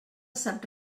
sap